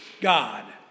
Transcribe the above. God